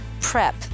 prep